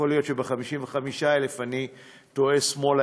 יכול להיות שב-55,000 אני טועה שמאלה